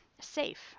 safe